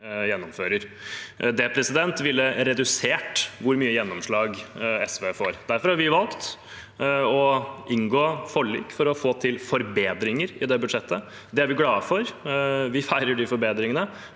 Det ville redusert hvor mye gjennomslag SV får. Derfor har vi valgt å inngå forlik for å få til forbedringer i det budsjettet. Det er vi glade for. Vi feirer de forbedringene,